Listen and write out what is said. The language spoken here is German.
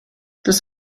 das